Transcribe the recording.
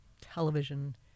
television